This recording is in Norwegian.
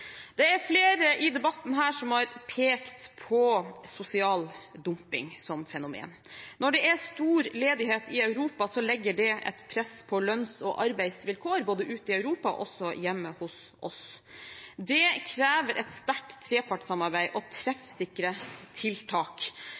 Det er flere her i debatten som har pekt på sosial dumping som fenomen. Når det er stor ledighet i Europa, legger det et press på lønns- og arbeidsvilkår både ute i Europa og også hjemme hos oss. Det krever et sterkt trepartssamarbeid og treffsikre tiltak,